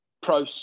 pro